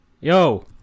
yo